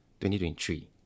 2023